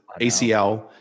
ACL